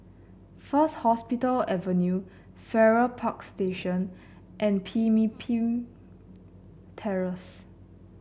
First Hospital Avenue Farrer Park Station and Pemimpin Terrace